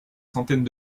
centaines